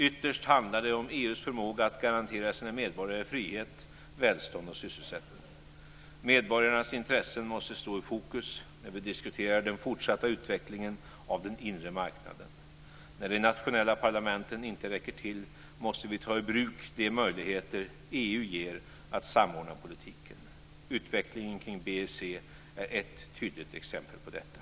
Ytterst handlar det om EU:s förmåga att garantera sina medborgare frihet, välstånd och sysselsättning. Medborgarnas intressen måste stå i fokus när vi diskuterar den fortsatta utvecklingen av den inre marknaden. När de nationella parlamenten inte räcker till måste vi ta i bruk de möjligheter EU ger att samordna politiken. Utvecklingen kring BSE är ett tydligt exempel på detta.